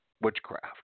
witchcraft